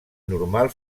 normal